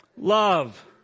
Love